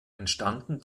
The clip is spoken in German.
entstanden